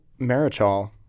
Marichal